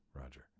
Roger